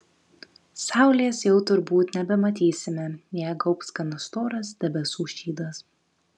saulės jau turbūt nebematysime ją gaubs gana storas debesų šydas